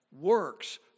works